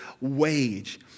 wage